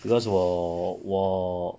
because 我我